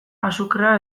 azukrea